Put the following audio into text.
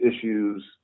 issues